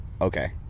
okay